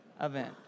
event